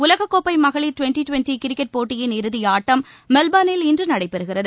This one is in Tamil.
உலகக்கோப்பை மகளி் டுவெண்டி கிரிக்கெட் போட்டியின் இறதியாட்டம் மெல்பெர்னில் இன்று நடைபெறுகிறது